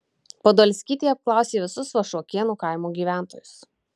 podolskytė apklausė visus vašuokėnų kaimo gyventojus